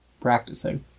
practicing